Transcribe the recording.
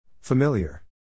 Familiar